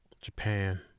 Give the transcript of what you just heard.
Japan